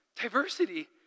Diversity